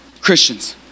Christians